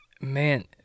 man